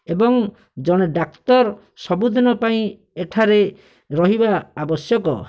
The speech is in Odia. ଏବଂ ଜଣେ ଡାକ୍ତର ସବୁଦିନ ପାଇଁ ଏଠାରେ ରହିବା ଆବଶ୍ୟକ